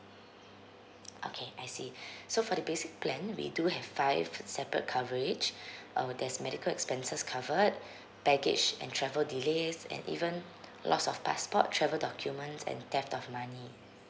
okay I see so for the basic plan we do have five separate coverage err there's medical expenses covered baggage and travel delays and even loss of passport travel documents and theft of money